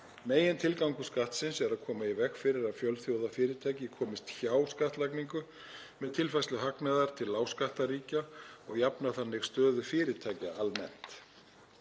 Megintilgangur skattsins er að koma í veg fyrir að fjölþjóðafyrirtæki komist hjá skattlagningu með tilfærslu hagnaðar til lágskattaríkja og jafna þannig stöðu fyrirtækja almennt.